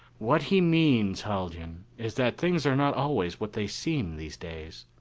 what he means, haljan, is that things are not always what they seem these days.